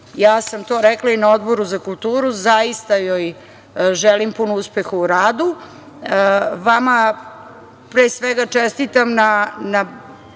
Ja sam to rekla i na Odboru za kulturu. Zaista joj želim puno uspeha u radu. Vama, pre svega, čestitam na